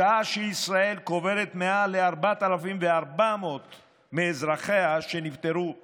שעה שישראל קוברת מעל 4,400 מאזרחיה שנפטרו מהנגיף,